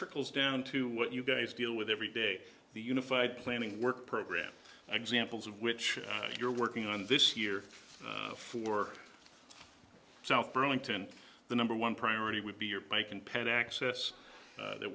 trickles down to what you guys deal with every day the unified planning work programme examples of which you're working on this year for south burlington the number one priority would be your bike and pen access that